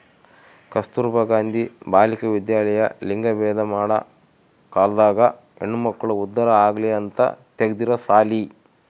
ಕಸ್ತುರ್ಭ ಗಾಂಧಿ ಬಾಲಿಕ ವಿದ್ಯಾಲಯ ಲಿಂಗಭೇದ ಮಾಡ ಕಾಲ್ದಾಗ ಹೆಣ್ಮಕ್ಳು ಉದ್ದಾರ ಆಗಲಿ ಅಂತ ತೆಗ್ದಿರೊ ಸಾಲಿ